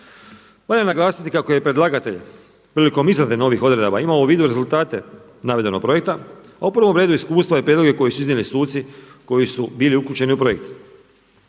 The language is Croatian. Valja naglasiti kako je predlagatelj prilikom izrade novih odredaba imao u vidu rezultate navedenog projekta, a u prvom redu iskustva i prijedloge koje su iznijeli suci koji su bili uključeni u projekt.